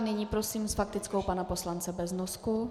Nyní prosím s faktickou pana poslance Beznosku.